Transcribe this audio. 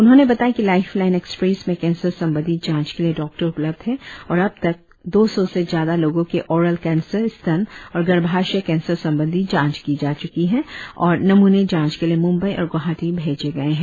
उन्होंने बताया कि लाईफ लाईन एक्सप्रेस में कैंसर संबंधी जांच के लिए डॉक्टर उपलब्ध है और अबतक दौ सौ से ज्यादा लोगों के ओरल कैंसर स्तन और गर्भाशय कैंसर संबंधी जांच की जा च्की है और कै नमूने जांच के लिए मूंबई और ग्वाहाटी भेजे गए है